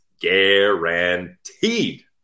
guaranteed